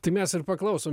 tai mes paklausom